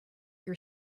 your